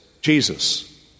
Jesus